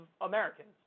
Americans